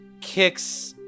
Kicks